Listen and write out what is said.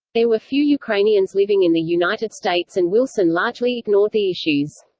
there were few ukrainians living in the united states and wilson largely ignored the issues.